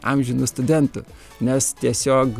amžinu studentu nes tiesiog